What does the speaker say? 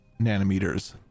nanometers